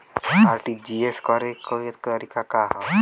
RTGS करे के तरीका का हैं?